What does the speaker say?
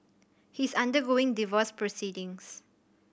he is undergoing divorce proceedings